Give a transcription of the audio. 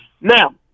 Now